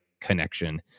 connection